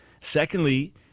Secondly